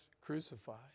crucified